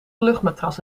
luchtmatras